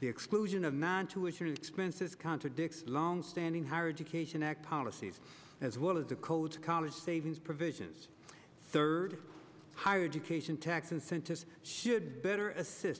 the exclusion of man to ensure expenses contradicts longstanding higher education at policies as well as the code to college savings provisions third higher education tax incentives should better assist